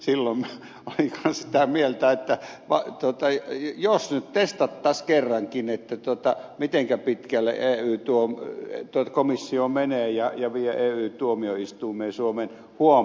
silloin minä olin kanssa sitä mieltä että aito taiteilija syytteistä taas kerran testattaisiin kerrankin mitenkä pitkälle eu komissio menee ja vie ey tuomioistuimeen suomen huom